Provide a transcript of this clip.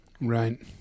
Right